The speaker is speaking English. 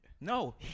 No